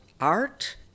Art